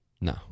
No